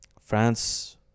France